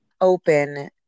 open